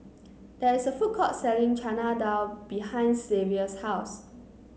there is a food court selling Chana Dal behind Xavier's house